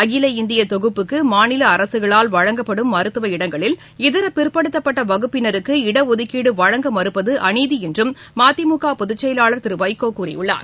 அகில இந்திய தொகுப்புக்கு மாநில அரசுகளால் வழங்கப்படும் மருத்துவ இடங்களில் இதர பிற்படுத்தப்பட்ட வகுப்பினருக்கு இடஒதுக்கீடு வழங்க மறுப்பது அநீதியாகும் என மதிமுக பொதுச் செயலாளர்திரு வைகோ கூறியுள்ளார்